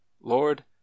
Lord